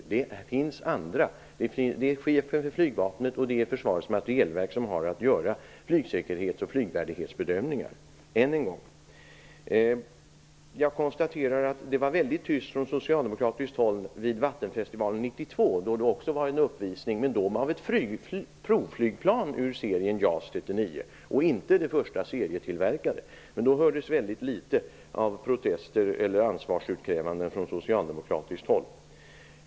Än en gång: Det är chefen för flygvapnet och Försvarets materielverk som har att göra flygsäkerhets och flygvärdighetsbedömningar. Det var väldigt tyst från socialdemokratiskt håll vid Vattenfestivalen 1992, då det också var en uppvisning, men av ett provflygplan ur serien JAS 39 och inte det första serietillverkade planet. Men då hördes det väldigt litet av protester eller ansvarsutkrävande från socialdemokratiskt håll.